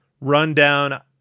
rundown